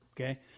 Okay